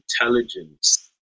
intelligence